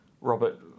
Robert